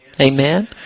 Amen